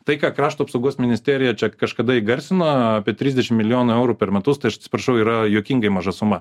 tai ką krašto apsaugos ministerija čia kažkada įgarsino apie trisdešim milijonų eurų per metus tai atsiprašau yra juokingai maža suma